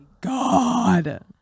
God